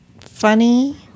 funny